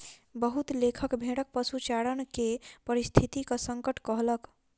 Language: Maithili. बहुत लेखक भेड़क पशुचारण के पारिस्थितिक संकट कहलक